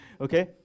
Okay